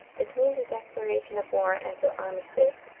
between the declaration of war and the armistice,